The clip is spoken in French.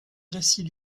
récits